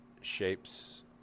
shapes